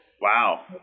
Wow